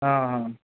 हां हां